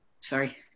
Sorry